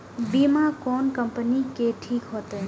बीमा कोन कम्पनी के ठीक होते?